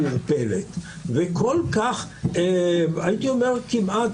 נערה ממש אוצר, קארין אלהרר.